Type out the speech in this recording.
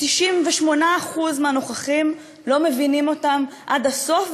ש-98% מהנוכחים לא מבינים אותן עד הסוף,